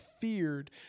feared